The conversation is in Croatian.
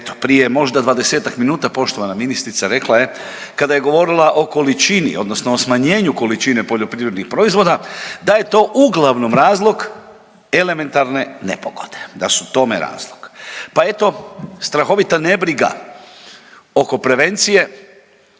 prije možda 20-ak minuta poštovana ministrica rekla je kada je govorila o količini odnosno o smanjenju količine poljoprivrednih proizvoda da je to uglavnom razlog elementarne nepogode, da su tome razlog. Pa eto strahovita nebriga oko prevencije